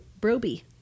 Broby